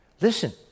Listen